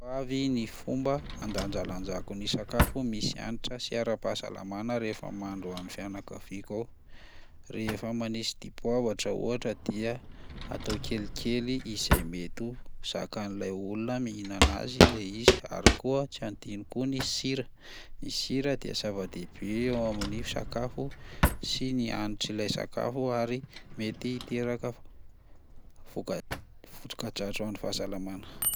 Avy ny fomba handanjalanjako ny sakafo misy hanitra sy ara-pahasalamana rehefa mahandro ho an'ny fianakaviako aho: rehefa manisy dipoavatra ohatra dia atao kelikely izay mety ho zakan'ilay olona mihinana azy lay izy; ary koa tsy adino koa ny sira, ny sira dia zava-dehibe eo amin'ny sakafo sy ny hanitr'ilay sakafo ary mety hiteraka voka- voka-dratsy ho an'ny fahasalamana.